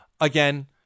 Again